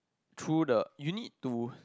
through the you need to